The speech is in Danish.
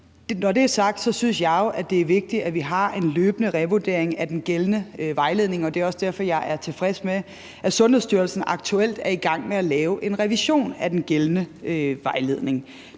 Når det er sagt, synes jeg jo, det er vigtigt, at vi har en løbende revurdering af den gældende vejledning, og det er også derfor, jeg er tilfreds med, at Sundhedsstyrelsen aktuelt er i gang med at lave en revision af den gældende vejledning.